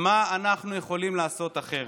מה אנחנו יכולים לעשות אחרת?